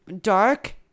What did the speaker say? Dark